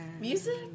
music